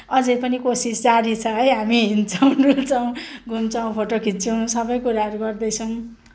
अझै पनि कोसिस जारी छ है हामी हिँड्छौँ डुल्छौँ घुम्छौँ फोटो खिच्छौँ सबै कुराहरू गर्दैछौँ